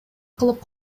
кылып